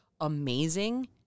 amazing